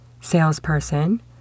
salesperson